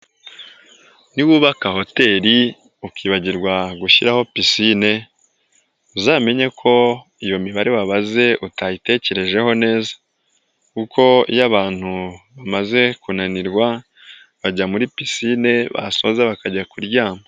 Niwubaka hoteri ukibagirwa gushyiraho pisine uzamenye ko iyo mibare wabaze utayitekerejeho neza kuko iyo abantu bamaze kunanirwa bajya muri pisine basoza bakajya kuryama.